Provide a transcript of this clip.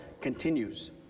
continues